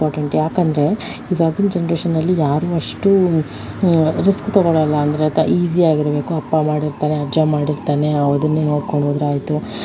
important ಯಾಕೆಂದರೆ ಇವಾಗಿನ ಜನ್ರೇಶನಲ್ಲಿ ಯಾರು ಅಷ್ಟು ರಿಸ್ಕ್ ತಗೊಳಲ್ಲ ಅಂದರೆ ತ್ ಈಜಿ ಆಗಿರ್ಬೇಕು ಅಪ್ಪ ಮಾಡಿರ್ತಾರೆ ಅಜ್ಜ ಮಾಡಿರ್ತಾನೆ ಅದನ್ನೇ ನೋಡ್ಕೊಂಡೋದ್ರೆ ಆಯಿತು